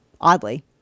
oddly